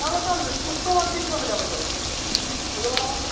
তাহলে চল শুক্রবার দিন করে যাবো চল বুধবার আমার